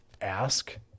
Ask